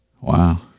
Wow